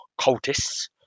cultists